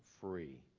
free